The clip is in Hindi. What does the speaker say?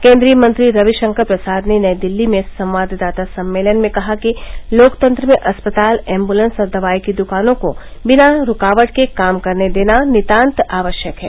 केन्द्रीय मंत्री रविशंकर प्रसाद ने नई दिल्ली में संवाददाता सम्मेलन में कहा कि लोकतंत्र में अस्पताल एम्ब्लेंस और दवाई की दुकानों को बिना रूकावट के काम करने देना नितान्त आवश्यक है